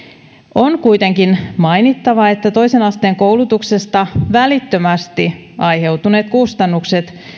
on kuitenkin mainittava että toisen asteen koulutuksesta välittömästi aiheutuneet kustannukset